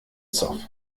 zoff